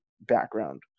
background